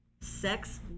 Sex